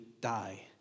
die